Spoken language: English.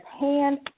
hand